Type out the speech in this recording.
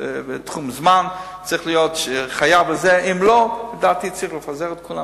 תחום זמן, אם לא, לדעתי, צריך לפזר את כולם.